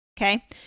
okay